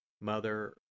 Mother